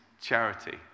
charity